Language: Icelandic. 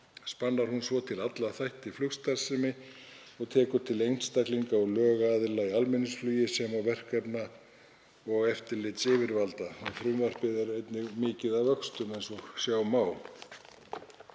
spannar svo til alla þætti flugstarfsemi og tekur til einstaklinga og lögaðila í almenningsflugi sem og verkefna og eftirlitsyfirvalda. Frumvarpið er einnig mikið að vöxtum eins og sjá má.